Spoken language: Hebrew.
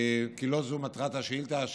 כי זו לא מטרת השאילתה,